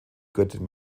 göttin